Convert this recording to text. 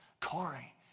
Corey